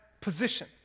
position